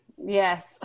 Yes